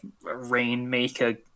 rainmaker